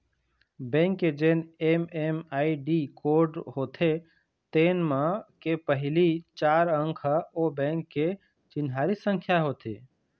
bank के जेन MMID code होथे तेन म के पहिली चार अंक ह ओ बेंक के चिन्हारी संख्या होथे